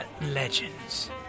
legends